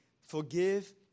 forgive